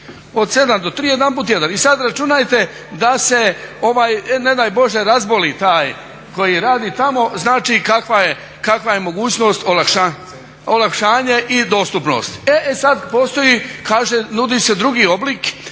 od 7 do 3 jedanput tjedno. I sada računajte da se ne daj Bože razboli taj koji radi tamo znači kakva je mogućnost olakšanje i dostupnost? E sad postoji, kaže nudi se drugi oblik